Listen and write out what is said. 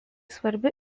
svarbi